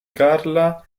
carla